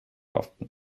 often